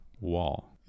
wall